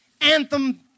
anthem